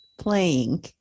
playing